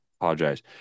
Apologize